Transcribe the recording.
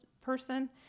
person